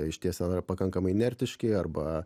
išties yra pakankamai inertiški arba